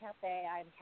Cafe